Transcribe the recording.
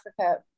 Africa